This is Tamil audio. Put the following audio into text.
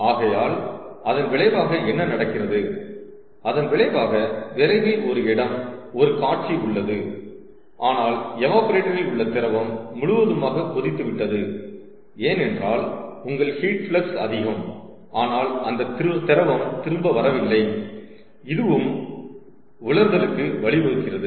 ஆகையால் அதன் விளைவாக என்ன நடக்கிறது அதன் விளைவாக விரைவில் ஒரு இடம் ஒரு காட்சி உள்ளது ஆனால் எவாப்ரேட்டரில் உள்ள திரவம் முழுவதுமாக கொதித்து விட்டது ஏனென்றால் உங்கள் ஹீட் பிளக்ஸ் அதிகம் ஆனால் அந்த திரவம் திரும்ப வரவில்லை இதுவும் உலர்வதற்கு வழி வகுக்கிறது